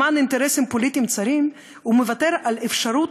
למען אינטרסים פוליטיים צרים הוא מוותר על אפשרות